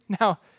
Now